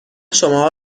شماها